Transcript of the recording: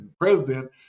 president